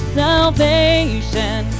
salvation